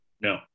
no